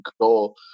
goal